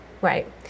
right